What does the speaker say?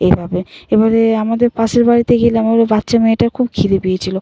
এভাবে এবারে আমাদের পাশের বাড়িতে গেলে আমার ওই বাচ্চা মেয়েটার খুব খিদে পেয়েছিল